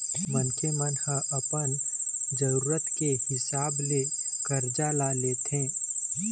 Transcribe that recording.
मनखे मन ह अपन जरुरत के हिसाब ले करजा ल लेथे